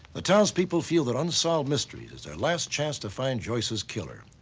the townspeople feel that unsolved mysteries is their last chance to find joyce's killer.